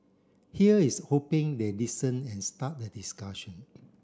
here is hoping they listen and start the discussion